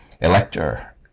elector